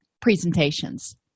presentations